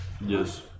Yes